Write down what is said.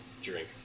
drink